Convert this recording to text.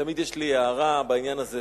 תמיד יש לי הערה בעניין הזה,